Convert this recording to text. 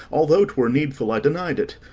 although twere needful i denied it.